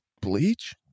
bleach